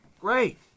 Great